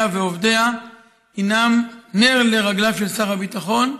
ועובדיה הינם נר לרגליו של שר הביטחון.